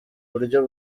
buryo